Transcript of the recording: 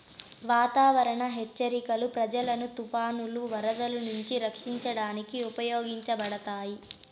వాతావరణ హెచ్చరికలు ప్రజలను తుఫానులు, వరదలు నుంచి రక్షించడానికి ఉపయోగించబడతాయి